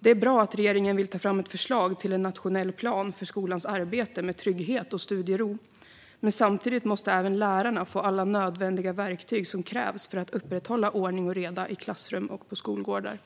Det är bra att regeringen vill ta fram ett förslag till en nationell plan för skolans arbete med trygghet och studiero, men samtidigt måste även lärarna få alla nödvändiga verktyg som krävs för att upprätthålla ordning och reda i klassrum och på skolgårdar.